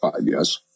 Yes